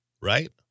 right